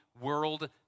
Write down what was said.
world